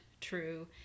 true